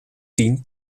tien